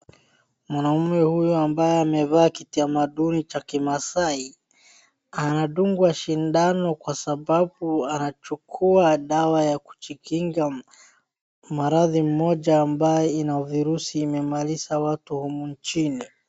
Mwanaume huyu ambaye amevaa kitamaduni cha Kimaasai anadungwa sindano Kwa sababu anachukua dawa ya kujikinga maradhi mmoja ambayo ina virusi imemaiza watu humu nchini.